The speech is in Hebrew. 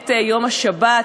את יום השבת.